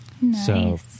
Nice